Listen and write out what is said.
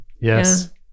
yes